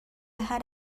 had